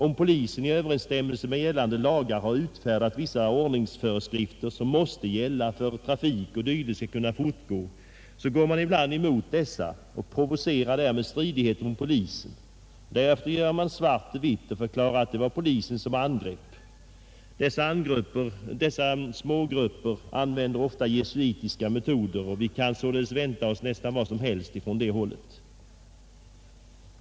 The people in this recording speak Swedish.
Om polisen i överensstämmelse med gällande lagar har utfärdat vissa ordningsföreskrifter som måste gälla för att t.ex. trafiken skall kunna fortgå, så går man ibland mot dessa och provocerar därmed stridigheter med polisen. Därefter gör man svart till vitt och förklarar att det var polisen som angrep. Dessa smågrupper använder ofta jesuitiska metoder, och vi kan således vänta oss nästan vad som helst från det hållet.